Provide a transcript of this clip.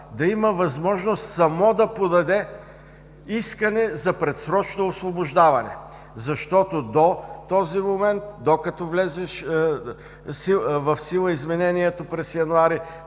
да има възможност самó да подаде искане за предсрочно освобождаване. Защото до този момент, докато влезе в сила изменението през януари